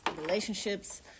relationships